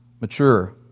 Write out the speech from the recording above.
mature